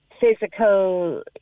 physical